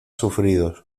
sufridos